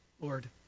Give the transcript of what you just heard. Lord